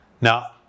Now